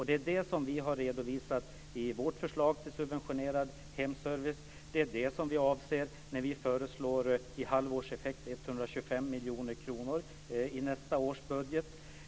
Det är det som vi har redovisat i vårt förslag till subventionerad hemservice och som vi avser när vi föreslår 125 miljoner kronor i halvårseffekt i nästa års budget.